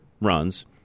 runs